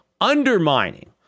undermining